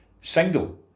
single